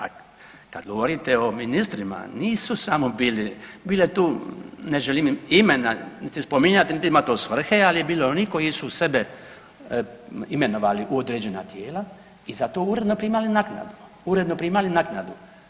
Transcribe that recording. A kad govorite o ministrima nisu samo bili, bilo je tu, ne želim im imena niti spominjati, niti ima to svrhe, ali je bilo onih koji su sebe imenovali u određena tijela i za to uredno primali naknadu, uredno primali naknadu.